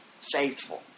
faithful